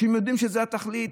אנשים יודעים שזו התכלית,